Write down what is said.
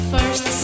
First